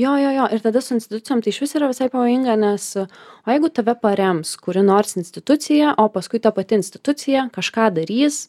jo jo jo ir tada su institucijom tai išvis yra visai pavojinga nes o jeigu tave parems kuri nors institucija o paskui ta pati institucija kažką darys